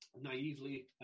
naively